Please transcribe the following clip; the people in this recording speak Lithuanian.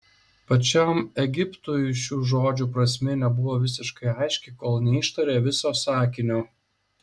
pačiam egiptui šių žodžių prasmė nebuvo visiškai aiški kol neištarė viso sakinio